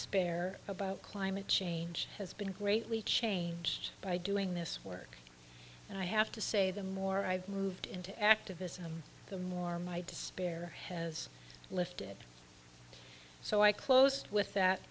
spair about climate change has been greatly changed by doing this work and i have to say the more i've moved into activism the more my despair has lifted so i closed with that